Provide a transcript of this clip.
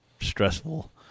stressful